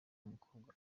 umukobwa